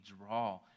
draw